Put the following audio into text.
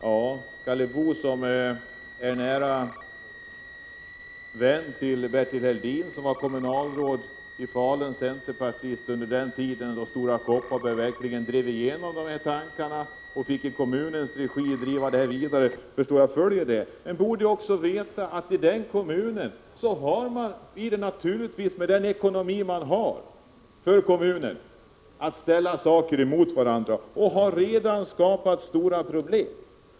Jag förstår att Karl Boo stöder ett OS i Falun, eftersom han är nära vän till Bertil Helldin — som var centerpartistiskt kommunalråd i Falun under den tid då Stora Kopparberg lyckades driva igenom planerna härpå och som i kommunens regi fick föra frågan vidare. Men Karl Boo borde också veta att man i denna kommun, med dess ekonomi, har att prioritera i valet mellan olika saker. Och det här har redan skapat stora problem.